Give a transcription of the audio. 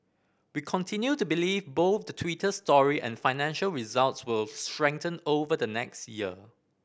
we continue to believe both the Twitter story and financial results will strengthen over the next year